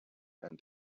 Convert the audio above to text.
and